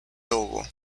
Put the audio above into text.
togo